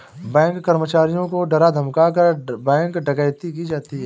bank कर्मचारियों को डरा धमकाकर, बैंक डकैती की जाती है